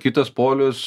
kitas polius